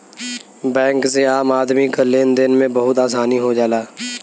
bank से आम आदमी क लेन देन में बहुत आसानी हो जाला